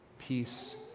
Peace